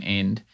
end